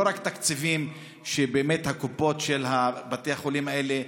לא רק תקציבים של הקופות לבתי החולים האלה.